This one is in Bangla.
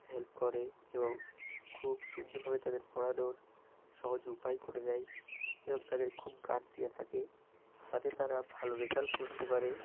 হেল্প করে এবং খুব সুন্দরভাবে তাদের পড়ানোর সহজ উপায় করে দেয় এবং তাদের খুব গার্ড দিয়ে থাকে যাতে তারা ভালো রেজাল্ট করতে পারে